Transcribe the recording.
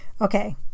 Okay